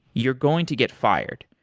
you're going to get fired,